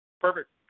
perfect